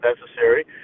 necessary